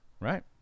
right